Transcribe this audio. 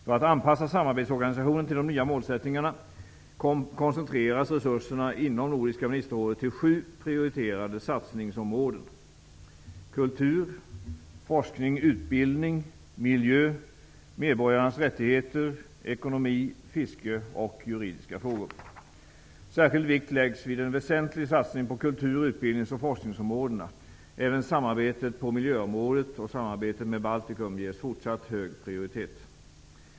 För att anpassa samarbetsorganisationen till de nya målsättningarna koncentreras resurserna inom Nordiska ministerrådet till sju prioriterade satsningsområden: kultur, forskning och utbildning, miljö, medborgarnas rättigheter, ekonomi, fiske och juridiska frågor. Särskild vikt läggs vid en väsentlig satsning på kultur-, utbildnings och forskningsområdena. Även samarbetet på miljöområdet och samarbetet med Baltikum ges fortsatt hög prioritet.